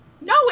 No